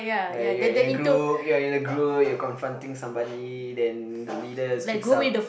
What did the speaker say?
like you're in a group you're in a group you're confronting somebody then the leader speaks up